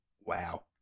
Wow